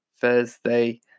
Thursday